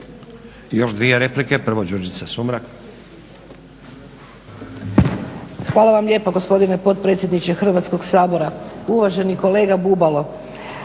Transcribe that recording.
**Sumrak, Đurđica (HDZ)** Hvala vam lijepo gospodine potpredsjedniče Hrvatskoga sabora. Uvaženi kolega Bubalo